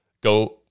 Go